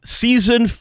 season